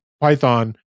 python